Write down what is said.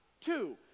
Two